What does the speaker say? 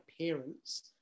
parents